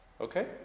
Okay